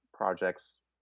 projects